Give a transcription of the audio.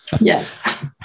Yes